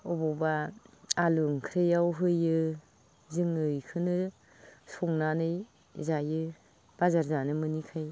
बबावबा आलु ओंख्रियाव होयो जोङो बेखौनो संनानै जायो बाजार जानो मोनैखाय